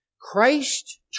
Christ